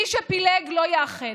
מי שפילג לא יאחד.